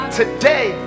today